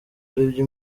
aribyo